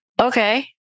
Okay